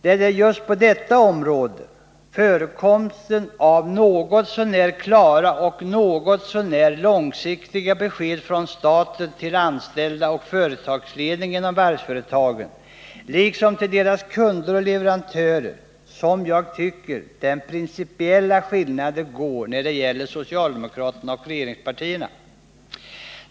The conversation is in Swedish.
Det är just på detta område — förekomsten av något så när klara och något så när långsiktiga besked från staten till anställda och företagsledning inom varvsföretagen, liksom till deras kunder och leverantörer — som jag tycker den principiella skillnaden går när det gäller socialdemokraterna och regeringspartierna.